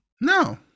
No